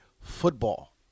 football